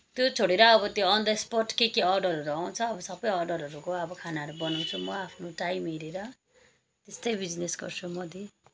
त्यो छोडेर अब त्यो अन द स्पोट के के अर्डरहरू आउँछ अब सबै अर्डरहरूको अब खानाहरू बनाउँछु म आफ्नो टाइम हेरेर त्यस्तै बिजनेस गर्छु म दिदी